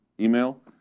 Email